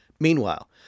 Meanwhile